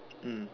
mm